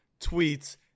tweets